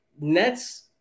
Nets